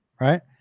right